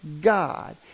God